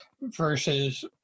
versus